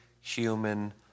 human